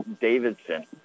Davidson